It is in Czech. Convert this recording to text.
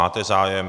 Máte zájem.